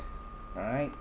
right